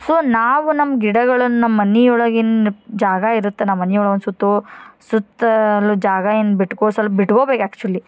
so ನಾವು ನಮ್ಮ ಗಿಡಗಳನ್ನು ಮನೆ ಒಳಗಿನ ಜಾಗ ಇರುತ್ತೆ ನಮ್ಮ ಮನೆ ಒಳಗೆ ಒಂದು ಸುತ್ತು ಸುತ್ತಲು ಜಾಗ ಏನು ಬಿಟ್ಕೊ ಸ್ವಲ್ಪ ಬಿಟ್ಕೊಬೇಕು ಆ್ಯಕ್ಚುಲಿ